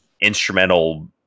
instrumental